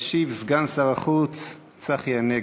ישיב סגן שר החוץ צחי הנגבי.